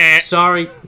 Sorry